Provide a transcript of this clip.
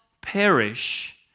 perish